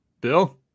Bill